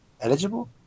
eligible